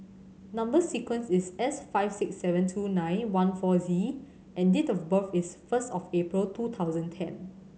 number sequence is S five six seven two nine one four Z and date of birth is first of April two thousand ten